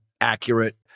accurate